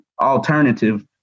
alternative